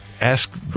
Ask